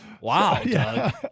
Wow